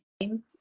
name